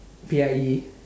P_I_E